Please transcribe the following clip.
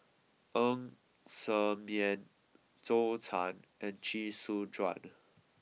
En Ser Miang Zhou Can and Chee Su Juan